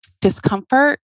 discomfort